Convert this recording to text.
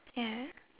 ya